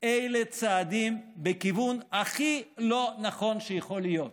אלה צעדים בכיוון הכי לא נכון שיכול להיות.